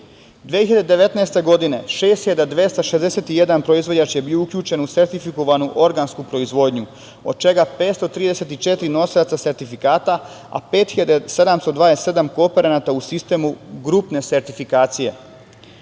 2019. 6.261 proizvođač je bio uključen u sertifikovanu organsku proizvodnju, od čega 534 nosilaca sertifikata, a 5.727 kooperanata u sistemu grupne sertifikacije.